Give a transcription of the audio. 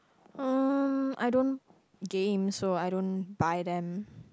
um I don't game so I don't buy them